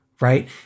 right